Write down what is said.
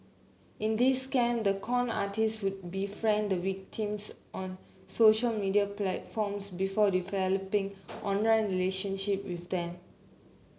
in these scam the con artists would befriend the victims on social media platforms before developing online relationship with them